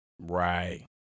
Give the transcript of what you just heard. Right